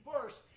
first